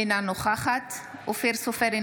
אינה נוכחת אופיר סופר,